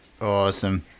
Awesome